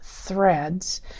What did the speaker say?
threads